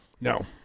No